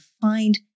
find